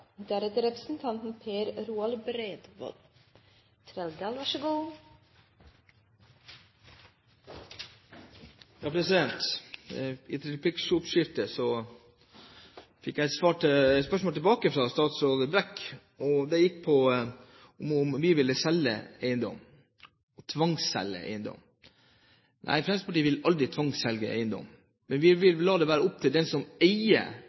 I replikkordskiftet fikk jeg et spørsmål tilbake fra statsråd Brekk. Det gikk på om vi ville tvangsselge eiendom. Nei, Fremskrittspartiet vil aldri tvangsselge eiendom. Vi vil la det være opp til den som eier